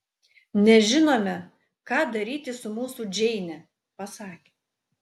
nežinome ką daryti su mūsų džeine pasakė